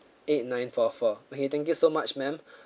eight nine four four okay thank you so much ma'am